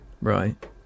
Right